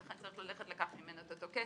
צריך לקחת ממנו את אותו כסף,